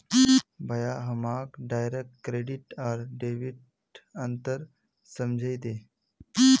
भाया हमाक direct credit आर डेबिटत अंतर समझइ दे